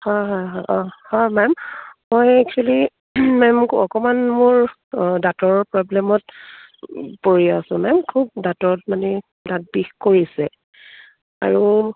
হয় হয় হয় অঁ হয় মেম মই এক্সুৱেলি মেম অকণমান মোৰ দাঁতৰ প্ৰব্লেমত পৰি আছোঁ মেম খুব দাঁতত মানে দাঁত বিষ কৰিছে আৰু